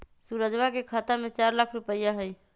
सुरजवा के खाता में चार लाख रुपइया हई